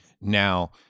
Now